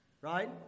right